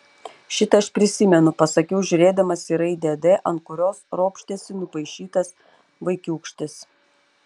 šitą aš prisimenu pasakiau žiūrėdamas į raidę d ant kurios ropštėsi nupaišytas vaikiūkštis